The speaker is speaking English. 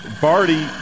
Barty